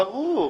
ברור.